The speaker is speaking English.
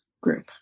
group